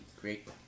great